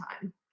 time